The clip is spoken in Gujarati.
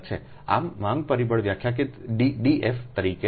આમ માંગ પરિબળ વ્યાખ્યાયિત ડીએફ તરીકે આપવામાં આવે છે